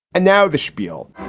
and now the spiel,